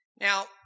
Now